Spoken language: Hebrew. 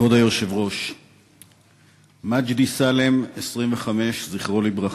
כבוד היושב-ראש, מג'די סאלם, 25, זכרו לברכה,